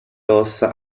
ossa